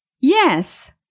Yes